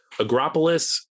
Agropolis